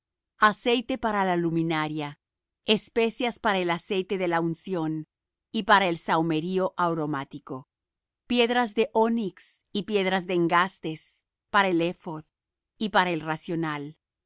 aceite para la luminaria y especias aromáticas para el aceite de la unción y para el perfume aromático y piedras de onix y demás pedrería para el ephod y para el racional